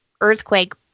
earthquake